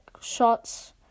shots